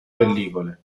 pellicole